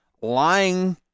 lying